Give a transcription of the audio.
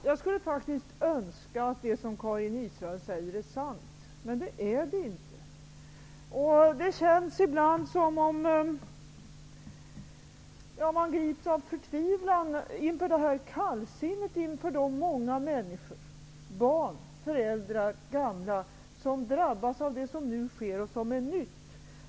Herr talman! Jag önskar faktiskt att det som Karin Israelsson säger vore sant, men det är det inte. Man grips ibland av förtvivlan över kallsinnet inför de många människor -- barn, föräldrar, gamla -- som drabbas av det som nu sker och som är nytt.